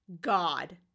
God